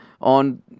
on